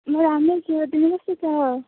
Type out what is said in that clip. म राम्रै छु तिमी कस्तो छौ